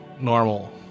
normal